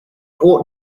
ought